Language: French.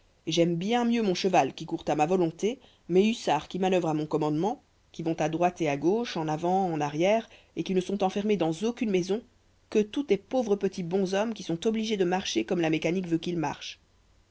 j'aime bien mieux mon cheval qui court à ma volonté mes hussards qui manœuvrent à mon commandement qui vont à droite et à gauche en avant en arrière et qui ne sont enfermés dans aucune maison que tous tes pauvres petits bonshommes qui sont obligés de marcher comme la mécanique veut qu'ils marchent